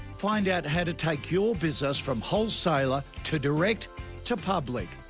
find out how to take your business from wholesaler to direct to public.